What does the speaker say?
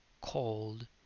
called